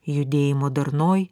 judėjimo darnoj